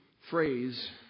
phrase